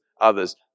others